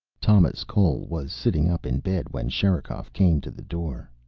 thomas cole was sitting up in bed when sherikov came to the door.